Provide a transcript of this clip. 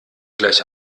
gleich